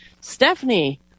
Stephanie